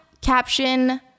caption